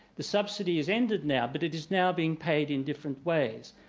the subsidy has ended now but it is now being paid in different ways.